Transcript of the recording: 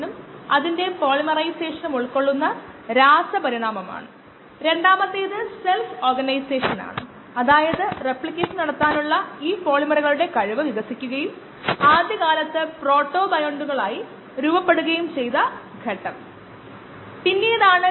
ultraviolet രശ്മികൾ gamma കിരണങ്ങൾ പ്രത്യേകിച്ചും നമ്മൾ അണുവിമുക്തമാക്കുകയാണെങ്കിൽ സിറിഞ്ചുകളും അതുപോലുള്ള കാര്യങ്ങളും നമുക്ക് പറയാം അത് ഉയർന്ന താപനിലയിൽ തുറന്നുകാട്ടാൻ കഴിയില്ല അവ പ്ലാസ്റ്റിക്കുകളാൽ നിർമ്മിച്ചവയാണ് അവ ഉയർന്ന താപനിലയിൽ എത്താൻ കഴിയില്ല